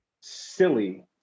silly